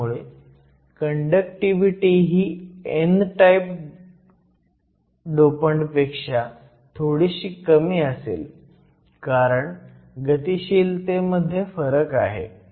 त्यामुळे कंडक्टिव्हिटी ही n type dopant पेक्षा थोडीशी कमी असेल कारण गतिशीलतेमध्ये फरक आहे